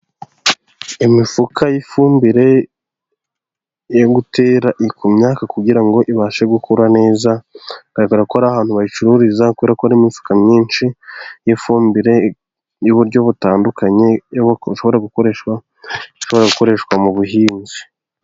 Imifuka y'ifumbire yogutera ku myaka kugira ngo ibashe gukura neza . Igaragara ko ari ahantu bayicururiza . Kubera ko imifuka myinshi y'ifumbire y'uburyo butandukanye ,ishobora gukoreshwa mu buhinzi.